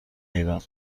ایران